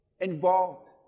Involved